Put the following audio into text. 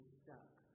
stuck